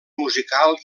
musical